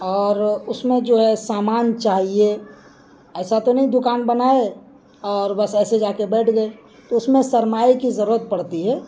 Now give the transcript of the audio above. اور اس میں جو ہے سامان چاہیے ایسا تو نہیں دکان بنائے اور بس ایسے جا کے بیٹھ گئے تو اس میں سرمایے کی ضرورت پڑتی ہے